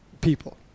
people